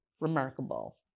remarkable